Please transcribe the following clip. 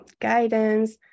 guidance